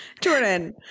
Jordan